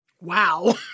Wow